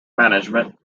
management